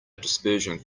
dispersion